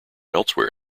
elsewhere